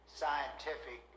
scientific